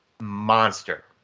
monster